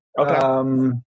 Okay